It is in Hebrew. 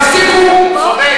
בצלאל צודק.